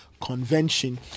convention